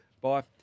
Bye